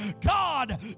God